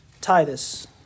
Titus